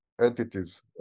entities